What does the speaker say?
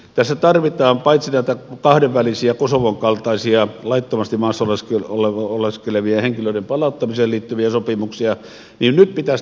tässä tarvitaan paitsi näitä kahdenvälisiä kosovon kaltaisia laittomasti maassa oleskelevien henkilöiden palauttamiseen liittyviä sopimuksia myös tehostamista